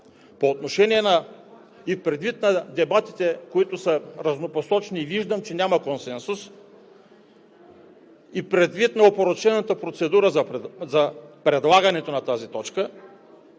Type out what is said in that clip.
това нещо. Предвид дебатите, които са разнопосочни – виждам, че няма консенсус, и предвид опорочената процедура за предлагането на тази точка,